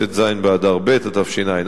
ט"ז באדר ב' התשע"א.